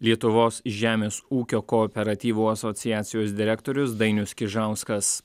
lietuvos žemės ūkio kooperatyvų asociacijos direktorius dainius kižauskas